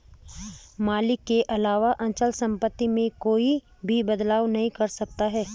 मालिक के अलावा अचल सम्पत्ति में कोई भी बदलाव नहीं कर सकता है